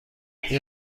این